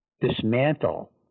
dismantle